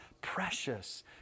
precious